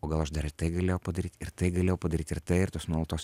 o gal aš dar ir tai galėjau padaryt ir tai galėjau padaryt ir tai ir tos nuolatos